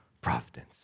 providence